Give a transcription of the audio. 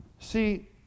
See